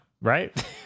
Right